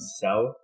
south